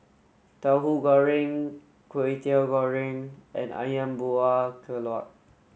Tauhu Goreng Kway Teow Goreng and Ayam Buah Keluak